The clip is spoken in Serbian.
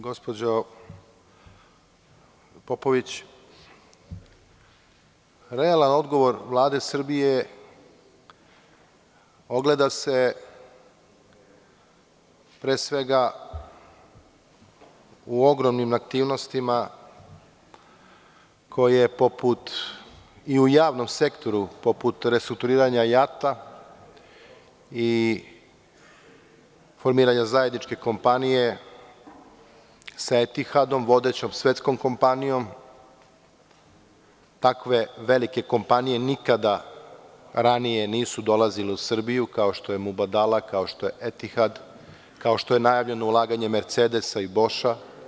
Gospođo Popović, realan odgovor Vlade Srbije ogleda se pre svega u ogromnim aktivnostima koje i u javnom sektoru, poput restrukturiranja JAT i formiranje zajedničke kompanije sa „Etihadom“, vodećom svetskom kompanijom, takve velike kompanije nikada ranije nisu dolazile u Srbiju, kao što je „Mubadala“, kao što je „Etihad“, kao što je najavljeno ulaganje „Mercedesa“ i „Boša“